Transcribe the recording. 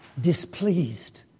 displeased